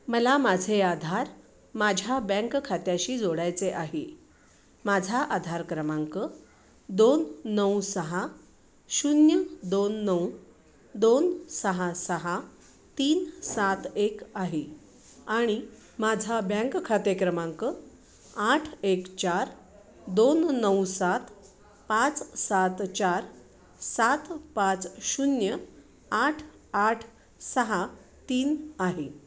मला माझे आधार माझ्या बँक खात्याशी जोडायचे आहे माझा आधार क्रमांक दोन नऊ सहा शून्य दोन नऊ दोन सहा सहा तीन सात एक आहे आणि माझा बँक खाते क्रमांक आठ एक चार दोन नऊ सात पाच सात चार सात पाच शून्य आठ आठ सहा तीन आहे